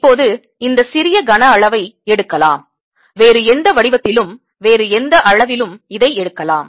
இப்போது இந்த சிறிய கனஅளவை எடுக்கலாம் வேறு எந்த வடிவத்திலும் வேறு எந்த அளவிலும் இதை எடுக்கலாம்